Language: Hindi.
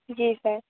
जी सर